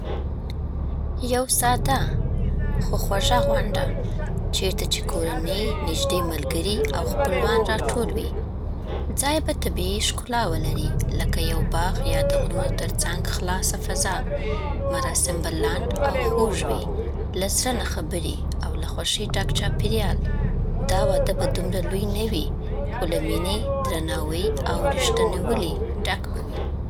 یوساده، خو خوږه غونډه، چیرته چې کورنۍ، نږدې ملګري، او خپلوان راټول وي. ځای به طبیعي ښکلا ولري – لکه یو باغ یا د غرونو تر څنګ خلاص فضا. مراسم به لنډ او خوږ وي، له زړه نه خبرې، او د خوښۍ ډک چاپېریال. دا واده به دومره لوی نه وي، خو له مینې، درناوي، او رښتینولۍ ډک به وي.